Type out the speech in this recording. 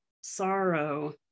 sorrow